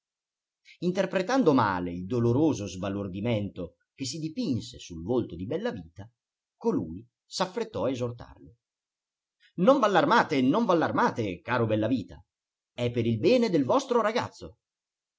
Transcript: interpretando male il doloroso sbalordimento che si dipinse sul volto di bellavita colui s'affrettò a esortarlo non v'allarmate non v'allarmate caro bellavita è per il bene del vostro ragazzo